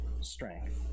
strength